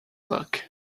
luck